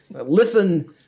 Listen